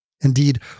Indeed